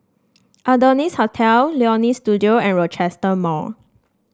Adonis Hotel Leonie Studio and Rochester Mall